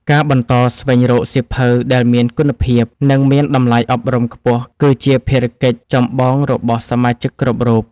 ការបន្តស្វែងរកសៀវភៅដែលមានគុណភាព និងមានតម្លៃអប់រំខ្ពស់ គឺជាភារកិច្ចចម្បងរបស់សមាជិកគ្រប់រូប។